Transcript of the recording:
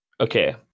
okay